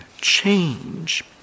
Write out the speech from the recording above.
change